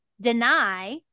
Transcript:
deny